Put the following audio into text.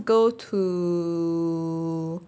go to